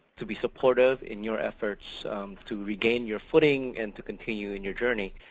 to be supportive in your efforts to regain your footing and to continue in your journey.